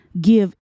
give